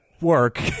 work